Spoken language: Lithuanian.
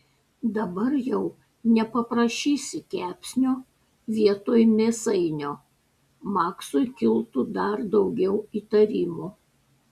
dabar jau nepaprašysi kepsnio vietoj mėsainio maksui kiltų dar daugiau įtarimų